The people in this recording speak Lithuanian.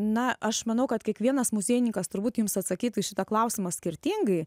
na aš manau kad kiekvienas muziejininkas turbūt jums atsakytų į šitą klausimą skirtingai